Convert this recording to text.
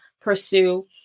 pursue